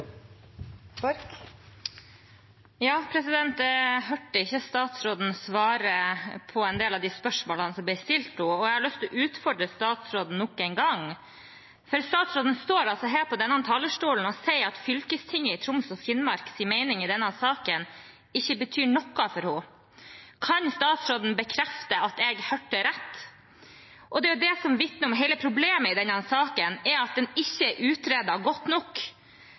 ja, da er jeg arrogant. Jeg hørte ikke at statsråden svarte på en del av de spørsmålene som ble stilt henne. Jeg har lyst til å utfordre statsråden nok en gang, for hun står altså her på denne talerstolen og sier at fylkestinget i Troms og Finnmarks mening i denne saken ikke betyr noe for henne. Kan statsråden bekrefte at jeg hørte rett? Det vitner om hele problemet i denne saken, at den ikke er utredet godt nok.